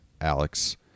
Alex